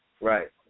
right